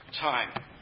time